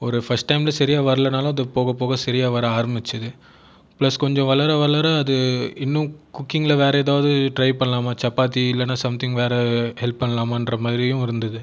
ஒரு ஃபஸ்ட் டைமில் சரியா வரலன்னாலும் அது போக போக சரியா வர ஆரம்பிச்சது ப்ளஸ் கொஞ்சம் வளர வளர அது இன்னும் குக்கிங்கில் வேற எதாவது ட்ரை பண்ணலாமா சப்பாத்தி இல்லைனா சம்திங் வேற ஹெல்ப் பண்ணலாமா என்ற மாதிரியும் இருந்தது